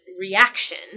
reaction